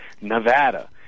Nevada